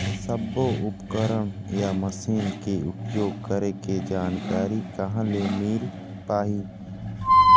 सब्बो उपकरण या मशीन के उपयोग करें के जानकारी कहा ले मील पाही